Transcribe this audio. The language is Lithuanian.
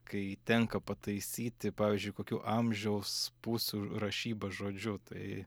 kai tenka pataisyti pavyzdžiui kokių amžiaus pūs rašyba žodžiu